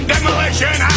Demolition